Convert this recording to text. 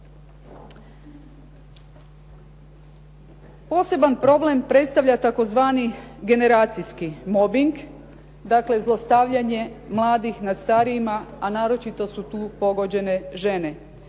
Poseban problem postavlja tzv. generacijski mobing, dakle, zlostavljanje mladih nad starijima, a naročito su tu pogođene žene,